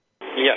Yes